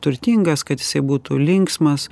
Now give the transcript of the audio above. turtingas kad jisai būtų linksmas